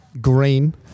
green